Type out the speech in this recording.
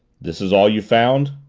this is all you found?